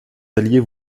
alliez